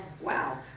Wow